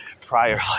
prior